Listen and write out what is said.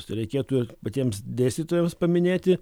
tai reikėtų patiems dėstytojams paminėti